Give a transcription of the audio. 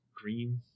green